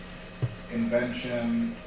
invention,